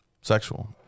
sexual